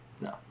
No